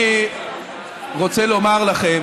אני רוצה לומר לכם,